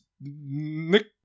Nick